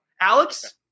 Alex